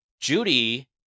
Judy